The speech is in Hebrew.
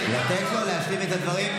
לתת לו להשלים את הדברים.